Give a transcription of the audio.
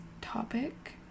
topic